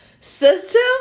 system